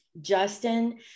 Justin